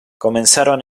comenzaron